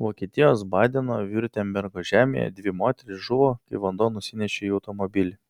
vokietijos badeno viurtembergo žemėje dvi moterys žuvo kai vanduo nusinešė jų automobilį